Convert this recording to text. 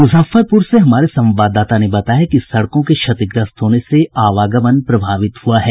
मुजफ्फरपुर से हमारे संवाददाता ने बताया है कि सड़कों के क्षतिग्रस्त होने से आवागमन प्रभावित हुआ है